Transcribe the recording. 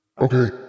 Okay